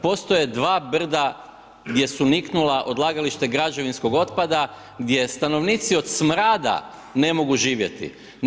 Postoje dva brda gdje su niknula odlagalište građevinskog otpada gdje stanovnici od smrada ne mogu živjeti.